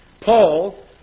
Paul